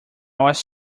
was